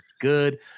good